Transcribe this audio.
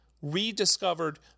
Rediscovered